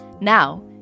Now